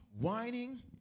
whining